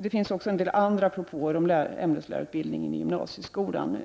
Det finns också en del andra propåer om ämneslärarutbildningen för gymnasieskolan.